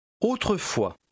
Autrefois